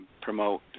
promote